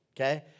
Okay